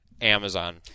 Amazon